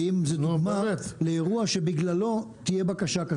האם זו דוגמה לאירוע שבגללו תהיה בקשה כזאת.